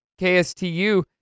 KSTU